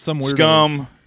scum